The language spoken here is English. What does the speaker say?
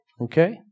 Okay